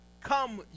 Come